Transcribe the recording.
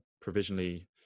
provisionally